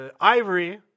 ivory